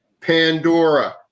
Pandora